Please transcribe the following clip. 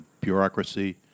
bureaucracy